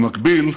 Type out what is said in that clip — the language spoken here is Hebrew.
במקביל,